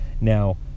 Now